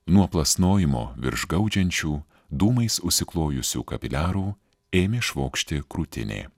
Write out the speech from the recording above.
nuo plasnojimo virš gaudžiančių dūmais užsiklojusių kapiliarų ėmė švokšti krūtinė